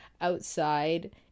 outside